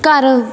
ਘਰ